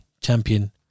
champion